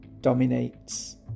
dominates